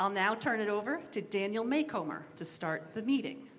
now turn it over to daniel make homer to start the meeting